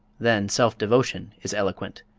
then self-devotion is eloquent.